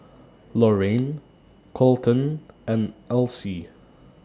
Lorayne Kolten and Elsie